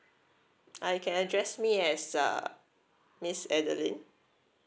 ah you can address me as a miss adeline